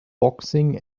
boxing